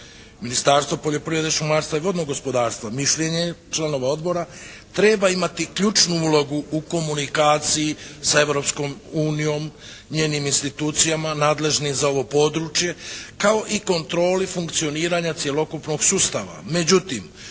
Ministarstvo poljoprivrede, šumarstva i vodnog gospodarstva mišljenje je članova Odbora treba imati ključnu ulogu u komunikaciji sa Europskom unijom, njenim institucijama nadležnim za ovo područje, kao i kontrolo funkcioniranja cjelokupnog sustava.